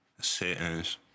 settings